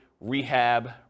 rehab